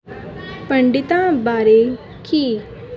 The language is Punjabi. ਪੰਡਿਤਾਂ ਬਾਰੇ ਕੀ